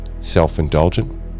Self-indulgent